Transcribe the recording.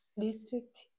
District